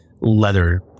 leather